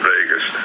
Vegas